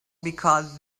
because